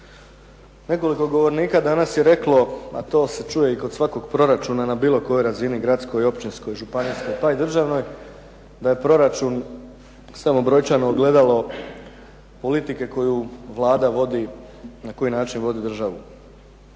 Nekoliko govornika danas je reklo a to se čuje i kod svakog proračuna na bilo kojoj razini gradskoj, općinskoj, županijskoj pa i državnoj da je proračun samo brojčano ogledalo politike koju Vlada vodi, na koji način vodi državu.